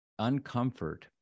uncomfort